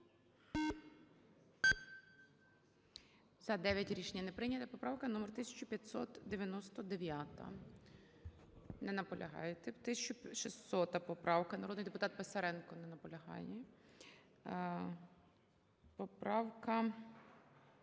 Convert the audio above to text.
За-9 Рішення не прийнято. Поправка номер 1599. Не наполягаєте. 1600 поправка, народний депутат Писаренко. Не наполягає. Поправка